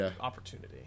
opportunity